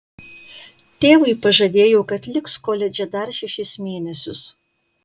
tėvui pažadėjo kad liks koledže dar šešis mėnesius